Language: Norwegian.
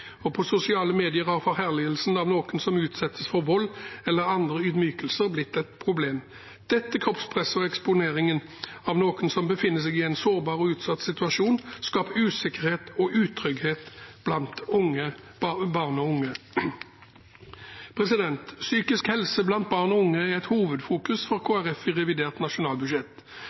og på sosiale medier er forherligelsen av noen som utsettes for vold eller andre ydmykelser, blitt et problem. Dette kroppspresset og eksponeringen av noen som befinner seg i en sårbar og utsatt situasjon, skaper usikkerhet og utrygghet blant barn og unge. Psykisk helse blant barn og unge er et hovedfokus for Kristelig Folkeparti i revidert nasjonalbudsjett.